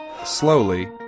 slowly